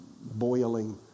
boiling